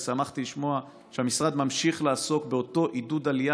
ושמחתי לשמוע שהמשרד ממשיך לעסוק באותו עידוד עלייה,